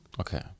Okay